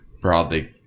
broadly